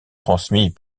transmis